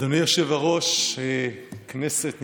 אדוני היושב-ראש, כנסת נכבדה,